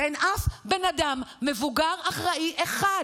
ואין אף בן אדם מבוגר אחראי אחד,